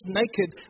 naked